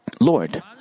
Lord